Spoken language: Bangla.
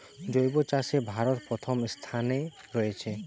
জৈব চাষে ভারত প্রথম অবস্থানে রয়েছে